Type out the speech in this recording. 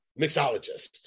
mixologist